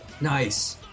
Nice